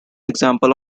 example